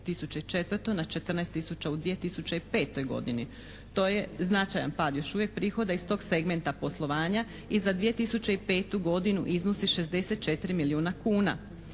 2004., na 14 tisuća u 2005. godini. To je značajan pad još uvijek prihoda iz tog segmenta poslovanja i za 2005. godinu iznosi 64 milijuna kuna.